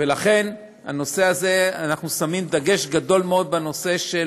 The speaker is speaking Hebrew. ולכן אנחנו שמים דגש גדול מאוד בנושא של